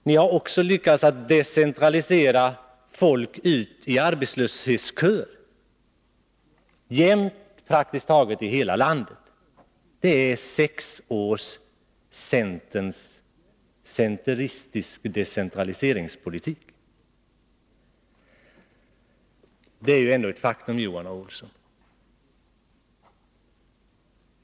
Ni har också lyckats decentralisera folk ut i arbetslöshetsköer — praktiskt taget jämnt i hela landet. Det är sex år av centerns centeristiska decentraliseringspolitik.